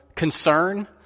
concern